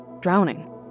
drowning